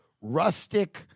rustic